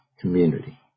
community